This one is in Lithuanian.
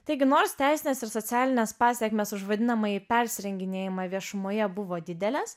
taigi nors teisinės ir socialinės pasekmės už vadinamąjį persirenginėjimą viešumoje buvo didelės